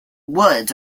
woods